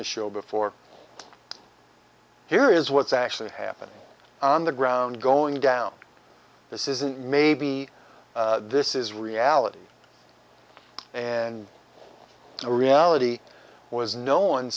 this show before here is what's actually happening on the ground going down this isn't maybe this is reality and all reality was no one